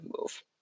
move